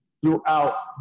throughout